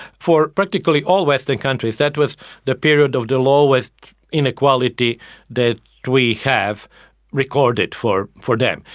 for practically all western countries that was the period of the lowest inequality that we have recorded for for them.